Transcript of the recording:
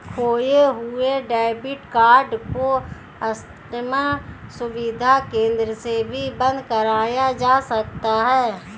खोये हुए debit card को कस्टम सुविधा केंद्र से भी बंद कराया जा सकता है